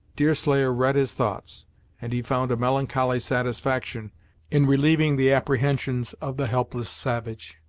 deerslayer read his thoughts and he found a melancholy satisfaction in relieving the apprehensions of the helpless savage.